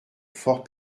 fort